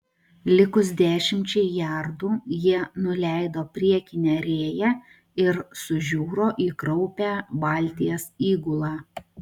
likus dešimčiai jardų jie nuleido priekinę rėją ir sužiuro į kraupią valties įgulą